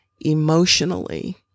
emotionally